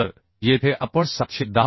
तर येथे आपण 710